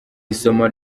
isomwa